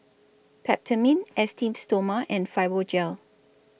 Peptamen Esteem Stoma and Fibogel